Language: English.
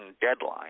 deadline